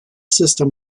system